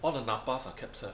half the napas are